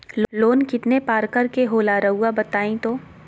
Loan कितने पारकर के होला रऊआ बताई तो?